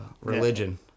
religion